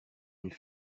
une